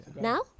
now